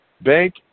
Bank